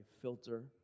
filter